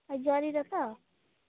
ଜରିରେ ତ